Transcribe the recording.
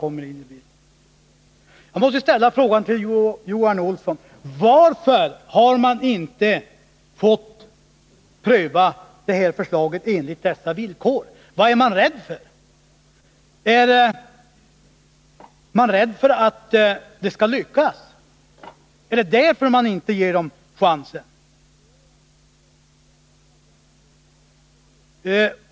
Då måste jag fråga Johan Olsson: Varför har man inte fått pröva detta förslag enligt dessa villkor? Vad är man rädd för? Är man rädd för att det skall lyckas? Är det därför man inte ger dem chansen?